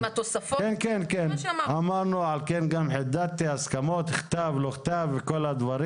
לכן חידדתי ואמרתי הסכמות בכתב וכולי.